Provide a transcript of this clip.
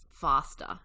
faster